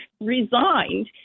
resigned